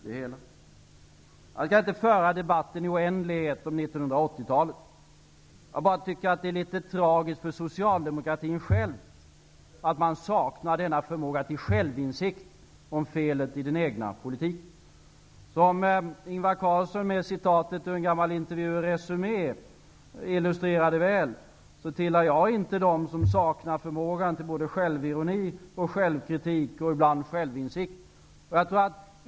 Jag skall inte i oändlighet föra debatten om 1980 talet. Det är bara litet tragiskt för socialdemokratin självt att man saknar denna förmåga till självinsikt om felet i den egna politiken. Som Ingvar Carlsson, med citatet ur en gammal intervju i Resumé, väl illustrerade tillhör jag inte dem som saknar förmåga till självironi, självkritik och ibland självinsikt.